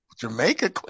Jamaica